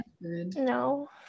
no